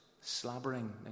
slabbering